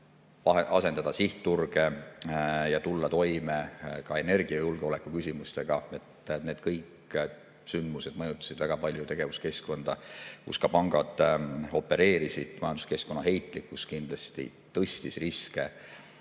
asendada sihtturge ja tulla toime ka energiajulgeoleku küsimustega. Kõik need sündmused mõjutasid väga palju tegevuskeskkonda, kus pangad opereerisid. Majanduskeskkonna heitlikkus tõstis